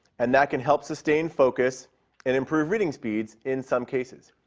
and that can help sustain focus and improve reading speeds in some cases.